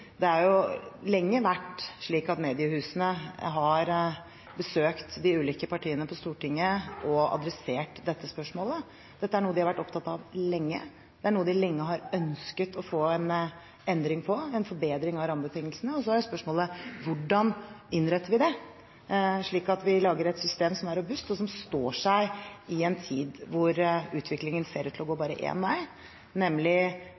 Det har lenge vært slik at mediehusene har besøkt de ulike partiene på Stortinget og adressert dette spørsmålet. Dette er noe de har vært opptatt av lenge, det er noe de lenge har ønsket å få en endring på, en forbedring av rammebetingelsene. Og så er spørsmålet: Hvordan innretter vi det, slik at vi lager et system som er robust, og som står seg i en tid hvor utviklingen ser ut til å gå bare én vei, nemlig